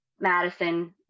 Madison